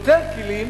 יותר כלים,